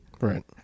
Right